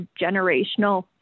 generational